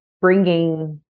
bringing